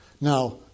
Now